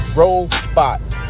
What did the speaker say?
robots